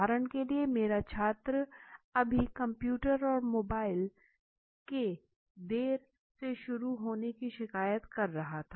उदाहरण के लिए मेरा छात्र अभी कंप्यूटर और मोबाइल के देर से शुरू होने की शिकायत कर रहा था